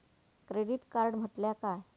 Credit card म्हटल्या काय?